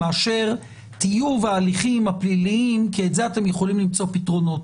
מאשר טיוב ההליכים הפליליים כי לזה אתם יכולים למצוא פתרונות.